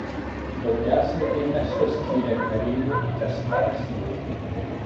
daugiausiai dėmesio skyrė kareivių atestacijai